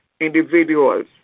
individuals